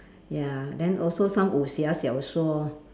ya then also some 武侠小说